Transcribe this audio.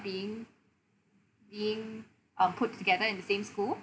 being being um put together in the same school